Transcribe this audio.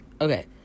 okay